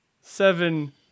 seven